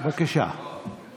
אני